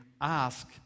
ask